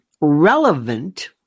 relevant